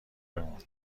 بمون